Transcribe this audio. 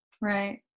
Right